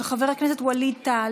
של חבר הכנסת ווליד טאהא.